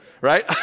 Right